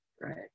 Right